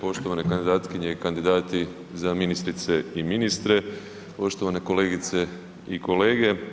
Poštovane kandidatkinje i kandidati za ministrice i ministre, poštovane kolegice i kolege.